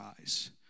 eyes